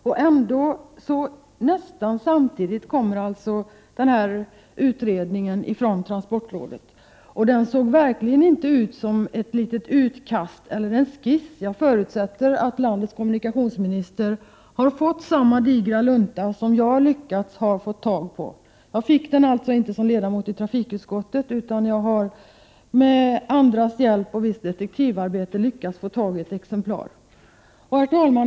Ändå kommer alltså nästan samtidigt den här utredningen från transportrådet. Och den såg verkligen inte ut som ett litet utkast eller en skiss. Jag förutsätter att landets kommunikationsminister har fått samma digra lunta som jag med andras hjälp och efter visst detektivarbete har lyckats få tag i ett exemplar av. Jag fick den nämligen inte såsom ledamot i trafikutskottet. Herr talman!